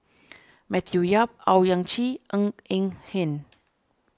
Matthew Yap Owyang Chi Ng Eng Hen